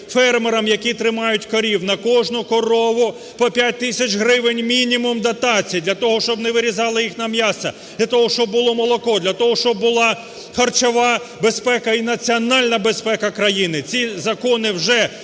фермерам, які тримають корів. На кожну корову по 5 тисяч гривень, мінімум, дотацій для того, щоб не вирізали їх на м'ясо, для того, щоб було молоко, для того, щоб була харчова безпека і національна безпека країни. Ці закони вже